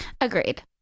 Agreed